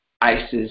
Isis